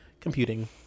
Computing